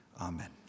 Amen